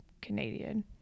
Canadian